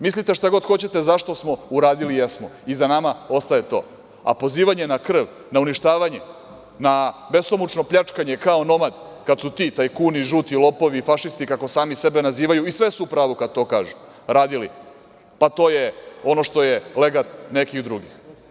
Mislite šta god hoćete zašto smo uradili, jesmo, i za nama ostaje to, a pozivanje na krv, na uništavanje, na besomučno pljačkanje kao onomad kada su ti tajkuni, žuti lopovi i fašisti, kako sami sebe nazivaju i sve su u pravu kada to kažu, radili, pa to je ono što legat nekih drugih.